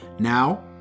Now